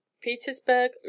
Petersburg